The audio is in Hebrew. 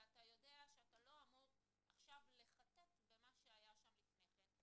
ואתה יודע שאתה לא אמור לחטט במה שהיה שם לפני כן.